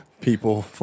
people